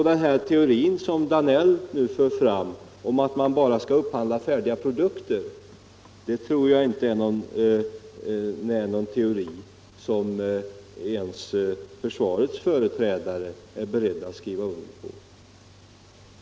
Den teori som herr Danell nu för fram, att man bara skall upphandla 227 färdiga produkter, tror jag inte ens försvarets företrädare är beredda att skriva under på.